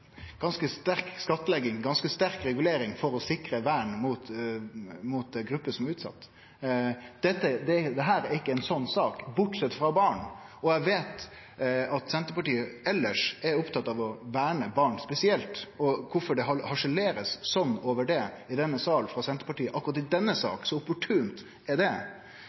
ganske sterk skattlegging og ganske sterk regulering for å sikre vern for utsette grupper. Dette er ikkje ei slik sak, bortsett frå barn. Eg veit at Senterpartiet elles er opptatt av å verne barn spesielt, og kvifor blir det harselert slik over det i denne sal frå Senterpartiet akkurat i denne saka, kor opportunt er det?